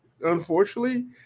Unfortunately